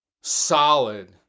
solid